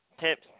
tips